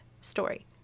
story